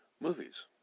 movies